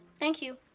thank you.